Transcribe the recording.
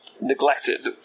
neglected